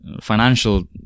Financial